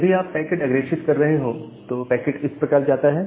जब भी आप पैकेट अग्रेषित कर रहे हो तो पैकेट इस प्रकार जाता है